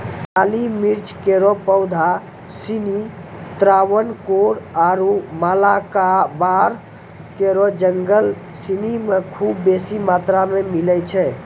काली मिर्च केरो पौधा सिनी त्रावणकोर आरु मालाबार केरो जंगल सिनी म खूब बेसी मात्रा मे मिलै छै